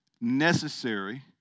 Necessary